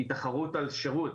היא תחרות על שירות,